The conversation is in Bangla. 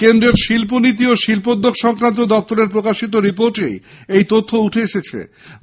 কেন্দ্রের শিল্পনীতি ও শিল্পদ্যোগ সংক্রান্ত দপ্তরের প্রকাশিত রিপোর্টে এই তথ্য উঠে এসেছে